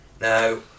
Now